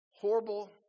horrible